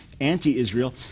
anti-Israel